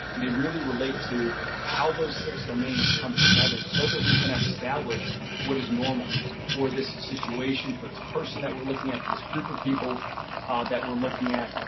they really related to how those six domains come together so that we can establish what is normal for this situation, for this person that we are looking at, for this group of people ah that we are looking at.